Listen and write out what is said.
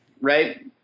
right